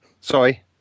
Sorry